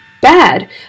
bad